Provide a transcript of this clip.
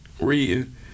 reading